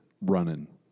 running